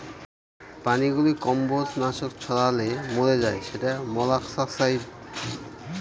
প্রাণীগুলো কম্বজ নাশক ছড়ালে মরে যায় সেটা মোলাস্কাসাইড